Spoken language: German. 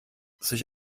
sich